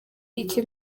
iki